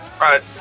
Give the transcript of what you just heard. right